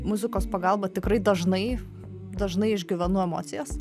muzikos pagalba tikrai dažnai dažnai išgyvenu emocijas